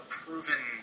proven